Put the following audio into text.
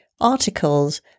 articles